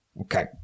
okay